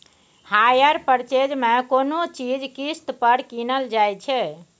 hire purchase मे कोनो चीज किस्त पर कीनल जाइ छै